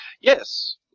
Yes